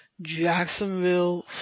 Jacksonville